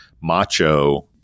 macho